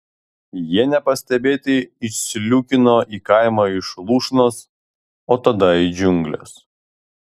jie nepastebėti išsliūkino į kaimą už lūšnos o tada į džiungles